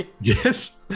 yes